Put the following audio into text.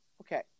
okay